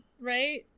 right